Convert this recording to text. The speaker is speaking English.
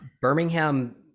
Birmingham